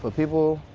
people